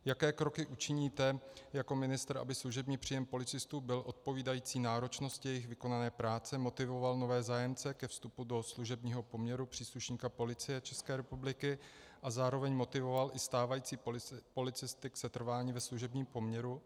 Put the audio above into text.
Jaké kroky učiníte jako ministr, aby služební příjem policistů byl odpovídající náročnosti jejich vykonávané práce, motivoval nové zájemce ke vstupu do služebního poměru příslušníka Policie ČR a zároveň motivoval i stávající policisty k setrvání ve služebním poměru?